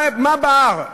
מה בער?